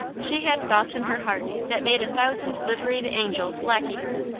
she had thoughts in her heart that made a thousand liveried angels lacquey her,